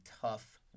tough